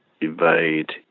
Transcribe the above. Evade